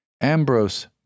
Ambrose